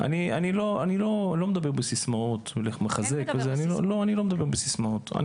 אני לא מדבר בסיסמאות -- אתה כן מדבר בסיסמאות.